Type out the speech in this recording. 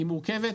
היא מורכבת,